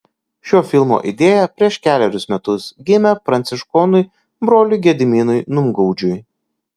šio filmo idėja prieš kelerius metus gimė pranciškonui broliui gediminui numgaudžiui